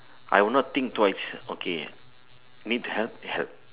I would not think twice okay need help help